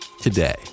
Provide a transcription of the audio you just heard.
Today